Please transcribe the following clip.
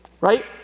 Right